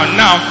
now